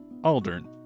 Aldern